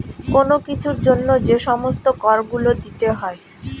কোন কিছুর জন্য যে সমস্ত কর গুলো দিতে হয়